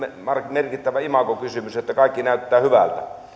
merkittävä imagokysymys että kaikki näyttää hyvältä